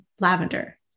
lavender